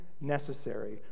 necessary